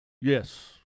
Yes